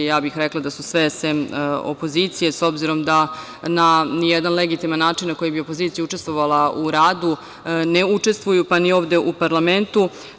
Ja bih rekla da su sve sem opozicije, s obzirom da na jedan legitiman način na koji bi opozicija učestvovala u radu ne učestvuju pa ni ovde u parlamentu.